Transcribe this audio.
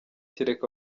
kereka